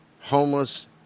homeless